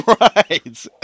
Right